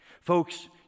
Folks